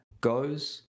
goes